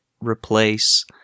replace